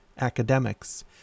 academics